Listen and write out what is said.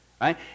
Right